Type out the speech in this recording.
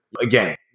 again